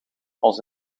als